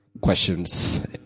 questions